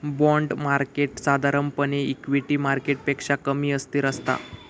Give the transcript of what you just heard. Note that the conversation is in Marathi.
बाँड मार्केट साधारणपणे इक्विटी मार्केटपेक्षा कमी अस्थिर असता